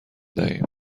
دهیم